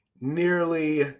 nearly